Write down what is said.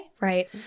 Right